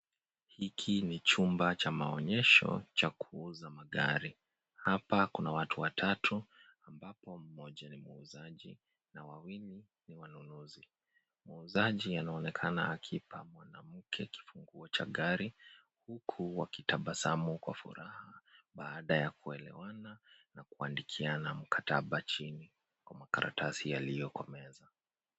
Hiki ni chumba cha maonyesha cha kuuza magari. Hapa kuna watu watatu ambapo moja ni muuzaji na wawili ni wanunuzi. Muuzaji anaonekana akimpa mwanamke kifunguo cha gari huku wakitabasamu kwa furaha baada ya kuelewana na kuandikiana mukataba chini kwa makaratasi yaliyoko meza.